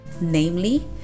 namely